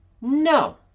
No